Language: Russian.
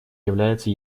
является